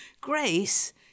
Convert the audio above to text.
Grace